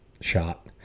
shot